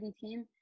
team